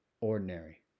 ordinary